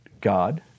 God